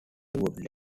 would